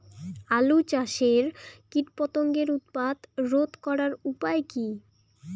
আলু চাষের কীটপতঙ্গের উৎপাত রোধ করার উপায় কী?